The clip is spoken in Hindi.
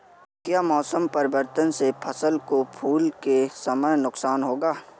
क्या मौसम परिवर्तन से फसल को फूल के समय नुकसान होगा?